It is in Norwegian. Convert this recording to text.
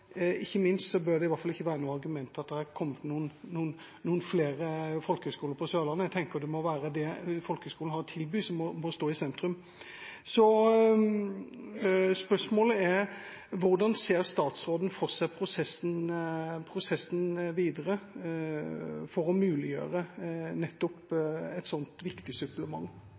Ikke minst bør det i hvert fall ikke være noe argument at det har kommet noen flere folkehøyskoler på Sørlandet. Jeg tenker at det må være det folkehøyskolene har å tilby, som må stå i sentrum. Spørsmålet er: Hvordan ser statsråden for seg prosessen videre for å muliggjøre nettopp et slikt viktig supplement?